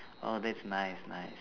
oh that's nice nice